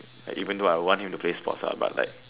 like even though I want him to play sports ah but like